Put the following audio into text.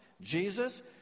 Jesus